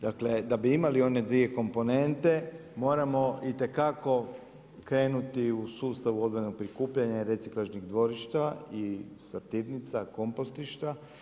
Dakle, da bi imali one dvije komponente moramo itekako krenuti u sustav odvojenog prikupljanja i reciklažnih dvorišta i sortirnica, kompostišta.